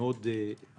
אני